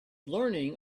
learning